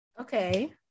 Okay